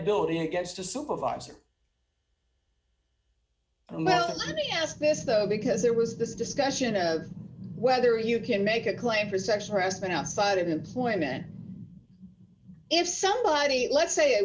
liability against a supervisor melanie has this though because there was this discussion of whether you can make a claim for sexual harassment outside of employment if somebody let's say